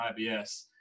ibs